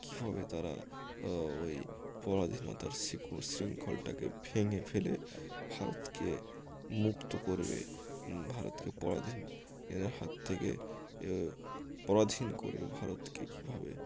কীভাবে তারা ওই পরাধীনতার শিক শৃঙ্খলটাকে ভেঙে ফেলে ভারতকে মুক্ত করবে ভারতকে পরাধীনতার হাত থেকে পরাধীন করবে ভারতকে কীভাবে